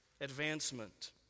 advancement